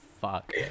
fuck